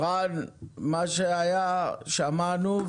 רן, מה שהיה שמענו.